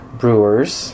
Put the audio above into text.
brewers